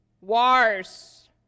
wars